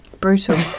Brutal